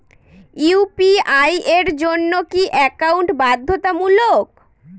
UPI এর জন্য কি একাউন্ট বাধ্যতামূলক?